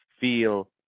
feel